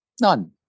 None